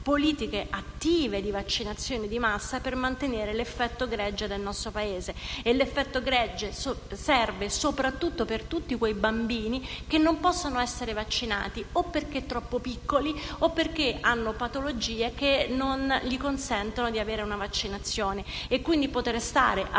politiche attive per vaccinazioni di massa, per mantenere l'effetto gregge nel nostro Paese. L'effetto gregge serve soprattutto per quei bambini che non possono essere vaccinati, o perché troppo piccoli o perché hanno patologie che non consentono loro di ricevere una vaccinazione, per permettere loro di